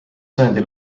sajandi